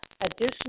additional